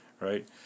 right